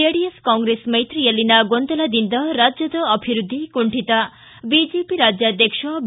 JDS Congress ಮೈತ್ರಿಯಲ್ಲಿನ ಗೊಂದಲದಿಂದ ರಾಜ್ಯದ ಅಭಿವೃದ್ಧಿ ಕುಂಠಿತ ಬಿಜೆಪಿ ರಾಜ್ಯಾಧಕ್ಷ ಬಿ